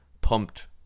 pumped